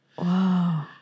Wow